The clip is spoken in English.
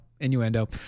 innuendo